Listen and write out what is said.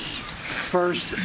first